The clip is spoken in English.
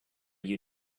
you